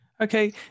Okay